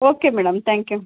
okay madam thank you